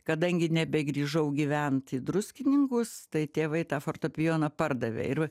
kadangi nebegrįžau gyvent į druskininkus tai tėvai tą fortepijoną pardavė ir